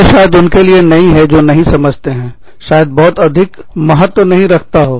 यह शायद उनके लिए नहीं है जो नहीं समझते हैं शायद बहुत अधिक महत्व नहीं रखता हो